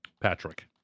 Patrick